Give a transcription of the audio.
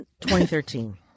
2013